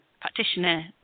practitioner